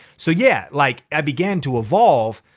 so yeah, like i began to evolve,